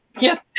Yes